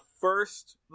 first